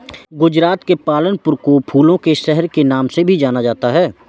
गुजरात के पालनपुर को फूलों के शहर के नाम से भी जाना जाता है